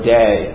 day